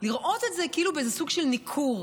לראות את זה כאילו באיזה סוג של ניכור.